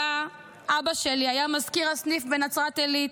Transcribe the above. שבה אבא שלי היה מזכיר הסניף בנצרת עילית,